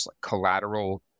collateral